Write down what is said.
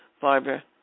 Barbara